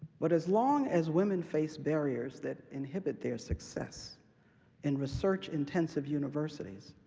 but as long as women face barriers that inhibit their success in research-intensive universities,